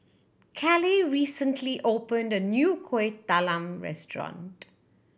Caleigh recently opened a new Kueh Talam restaurant